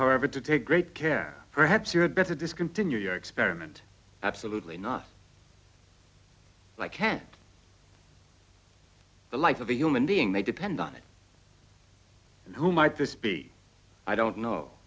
however to take great care perhaps you had better discontinue your experiment absolutely not like can't the life of a human being they depend on it and who might this be i don't know